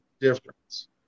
difference